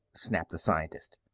snapped the scientist.